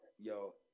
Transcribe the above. Yo